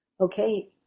okay